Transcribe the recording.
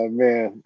man